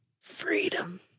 Freedom